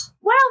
wow